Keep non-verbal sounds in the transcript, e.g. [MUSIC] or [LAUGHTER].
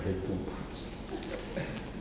I have two boots [LAUGHS]